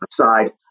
aside